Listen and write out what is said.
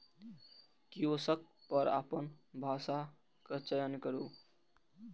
kiosk पर अपन भाषाक चयन करू